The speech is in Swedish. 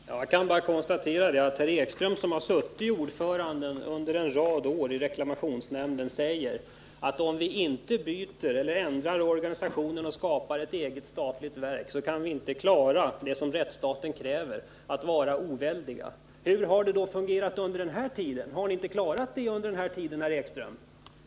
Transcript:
Herr talman! Jag kan bara konstatera att Allan Ekström, som under en rad av år suttit som ordförande i reklamationsnämnden, säger att om vi inte ändrar organisationen och skapar ett eget statligt verk, kan vi inte klara det som rättsstaten kräver, nämligen att vi skall vara oväldiga. Men hur har det då fungerat under den här tiden? Har ni inte klarat det under den här tiden, herr Ekström?